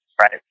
Right